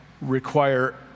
require